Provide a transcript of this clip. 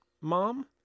Mom